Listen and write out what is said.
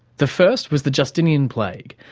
the first was the justinian plague,